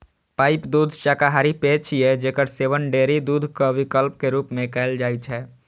pipe दूध शाकाहारी पेय छियै, जेकर सेवन डेयरी दूधक विकल्प के रूप मे कैल जाइ छै